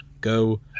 go